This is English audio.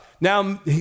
Now